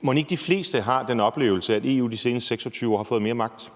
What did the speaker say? Mon ikke de fleste har den oplevelse, at EU de seneste 26 år har fået mere magt?